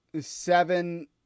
seven